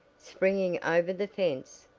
springing over the fence,